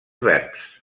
verbs